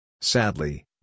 Sadly